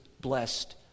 blessed